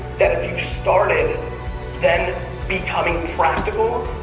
that if you started then becoming practical,